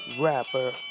rapper